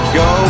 go